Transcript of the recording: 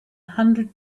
hundred